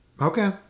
Okay